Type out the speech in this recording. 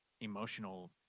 emotional –